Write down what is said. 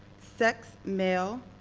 sex, male.